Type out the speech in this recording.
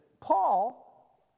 Paul